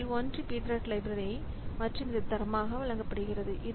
அவற்றில் ஒன்று இந்த Pthreads லைப்ரரி மற்றும் இது தரமாக வழங்கப்படுகிறது